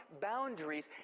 boundaries